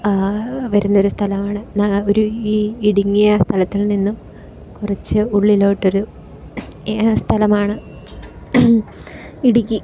വരുന്ന ഒരു സ്ഥലമാണ് ഒരു ഇടുങ്ങിയ സ്ഥലത്തിൽ നിന്നും കുറച്ച് ഉള്ളിലോട്ട് ഒരു സ്ഥലമാണ് ഇടുക്കി